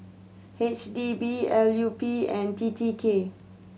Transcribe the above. H D B L U P and T T K